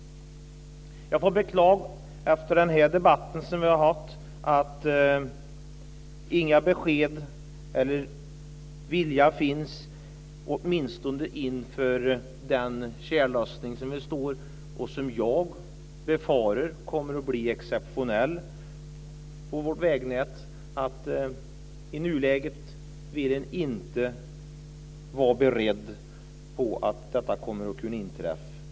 Jag beklagar efter den här debatten att ingen vilja finns, inför den tjällossning som jag befarar kommer att bli exceptionell på vårt vägnät, att vara beredd på att detta kommer att kunna inträffa.